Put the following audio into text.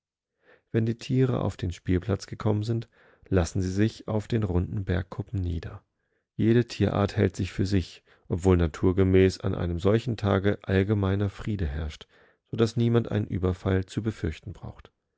wenn die tiere auf den spielplatz gekommen sind lassen sie sich auf den rundenbergkuppennieder jedetierarthältsichfürsich obwohlnaturgemäß an einem solchen tage allgemeiner friede herrscht so daß niemand einen überfall zu befürchten braucht